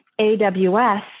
AWS